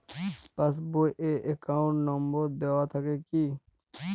Pass বই এ account number দেওয়া থাকে কি?